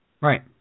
Right